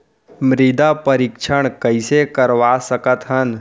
मृदा परीक्षण कइसे करवा सकत हन?